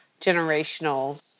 generational